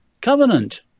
Covenant